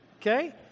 Okay